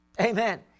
Amen